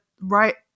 right